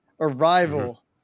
arrival